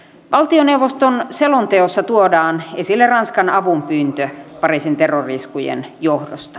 valtioneuvoston selonteossa tuodaan esille ranskan avunpyyntö pariisin terrori iskujen johdosta